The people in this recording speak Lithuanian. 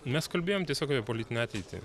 mes kalbėjom tiesiog apie politinę ateitį